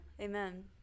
Amen